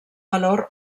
valor